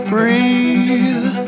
Breathe